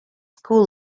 school